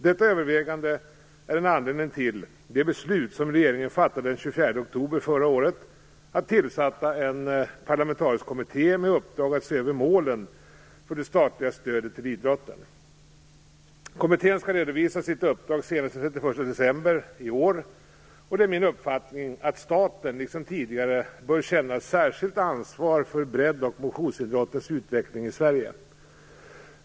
Detta övervägande är en anledning till det beslut som regeringen fattade den 24 oktober förra året om att tillsätta en parlamentarisk kommitté med uppdrag att se över målen för det statliga stödet till idrotten. Kommittén skall redovisa sitt uppdrag senast den 31 december i år. Det är min uppfattning att staten liksom tidigare bör känna ett särskilt ansvar för breddoch motionsidrottens utveckling i Sverige.